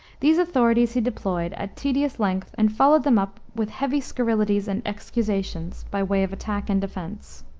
these authorities he deployed at tedious length and followed them up with heavy scurrilities and excusations, by way of attack and defense.